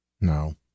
No